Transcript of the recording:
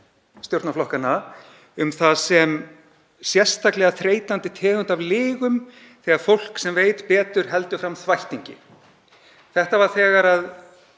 stjórnarflokkanna um það sem sérstaklega þreytandi tegund af lygum þegar fólk sem veit betur heldur fram þvættingi. Þetta var þegar